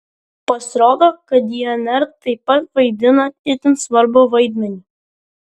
pasirodo kad dnr taip pat vaidina itin svarbų vaidmenį